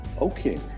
Okay